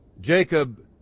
Jacob